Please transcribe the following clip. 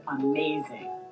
amazing